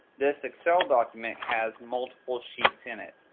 this excel document has multiple sheets in it,